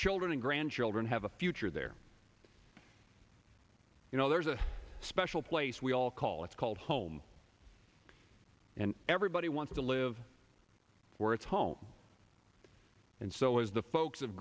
children and grandchildren have a future there you know there's a special place we all call it's called home and everybody wants to live where it's home and so as the folks